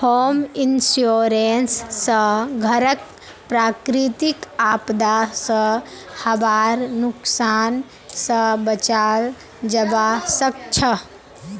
home insurance स घरक प्राकृतिक आपदा स हबार नुकसान स बचाल जबा सक छह